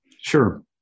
Sure